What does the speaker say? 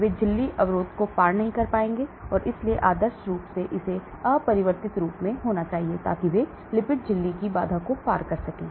वे झिल्ली अवरोध को पार नहीं करेंगे इसलिए आदर्श रूप से इसे अपरिवर्तित रूप में होना चाहिए ताकि वे लिपिड झिल्ली बाधा को पार कर सकें